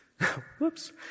whoops